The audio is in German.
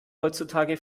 heutzutage